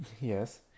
Yes